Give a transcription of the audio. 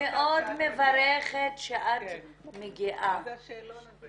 אני מאוד מברכת כשאת מגיעה --- מה זה השאלון הזה?